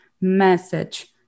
message